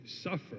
suffer